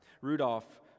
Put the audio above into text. Rudolph